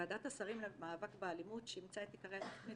ועדת השרים למאבק באלימות שאימצה את עיקרי תכנית